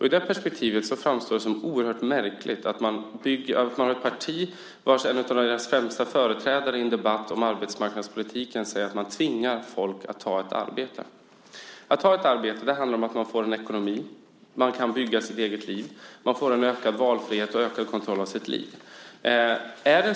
I det perspektivet framstår det som märkligt att ett partis främsta företrädare i en debatt om arbetsmarknadspolitik säger att man tvingar folk att ta ett arbete. När man tar ett arbete får man en ekonomi. Man kan bygga sitt eget liv. Man får en ökad valfrihet och ökad kontroll över sitt liv.